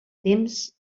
temps